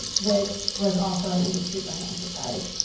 which was also an industry run enterprise.